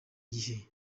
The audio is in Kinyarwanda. gihe